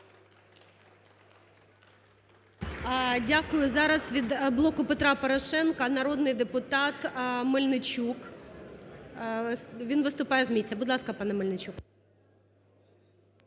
Дякую. Зараз від "Блоку Петра Порошенка" народний депутат Мельничук. Він виступає з місця. Будь ласка, пане Мельничук.